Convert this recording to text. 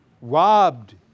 Robbed